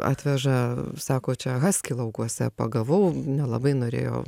atveža sako čia haskį laukuose pagavau nelabai norėjo